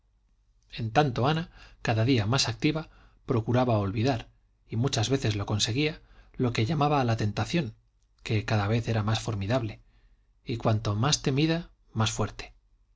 en tanto ana cada día más activa procuraba olvidar y muchas veces lo conseguía lo que llamaba la tentación que cada vez era más formidable y cuanto más temida más fuerte